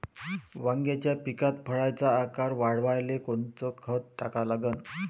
वांग्याच्या पिकात फळाचा आकार वाढवाले कोनचं खत टाका लागन?